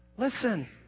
Listen